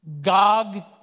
Gog